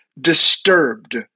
disturbed